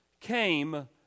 came